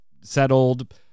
settled